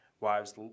wives